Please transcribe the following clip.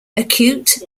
acute